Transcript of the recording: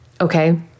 Okay